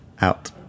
out